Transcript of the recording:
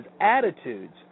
attitudes